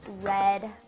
red